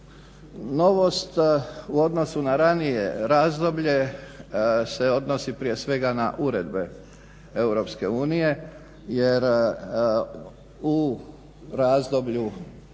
Novost u odnosu na ranije razdoblje se odnosi prije svega na uredbe Europske unije jer u razdoblju,